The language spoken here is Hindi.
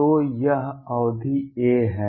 तो यह अवधि a है